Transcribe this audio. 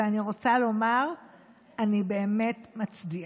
ואני רוצה לומר שאני באמת מצדיעה.